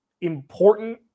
important